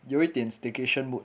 有一点 staycation mood